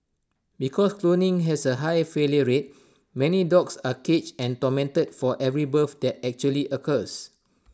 because cloning has A high failure rate many dogs are caged and tormented for every birth that actually occurs